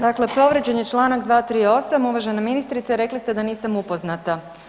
Dakle povrijeđen je čl. 238, uvažena ministrice, rekli ste da nisam upoznata.